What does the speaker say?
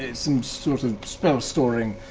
some sort of spell storing,